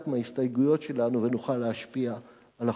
ההסתייגויות שלנו ונוכל להשפיע על החוק.